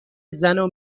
زنو